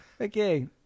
Okay